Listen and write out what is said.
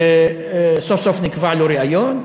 סוף-סוף נקבע לו ריאיון,